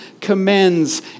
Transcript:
commends